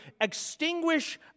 extinguish